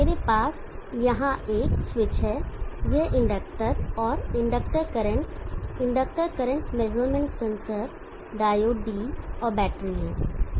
मेरे पास यहां एक स्विच है यह इंडक्टर और inductor current inductor current measurement sensor diode D और बैटरी है